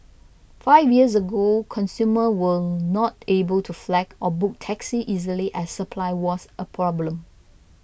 five years ago consumers were not able to flag or book taxis easily as supply was a problem